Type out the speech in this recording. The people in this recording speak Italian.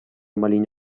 maligno